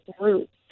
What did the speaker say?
roots